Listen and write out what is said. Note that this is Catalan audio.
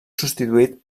substituït